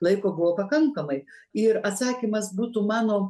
laiko buvo pakankamai ir atsakymas būtų mano